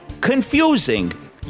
confusing